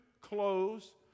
clothes